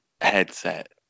headset